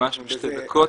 ממש בשתי דקות.